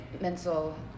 mental